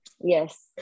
Yes